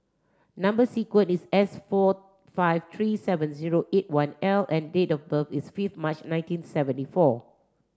number sequence is S four five three seven zero eight one L and date of birth is fifth March nineteen seventy four